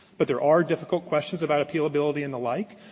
but there are difficult questions about appealability and the like.